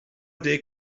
deg